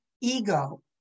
ego